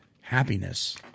Happiness